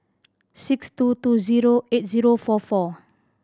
six two two zero eight zero four four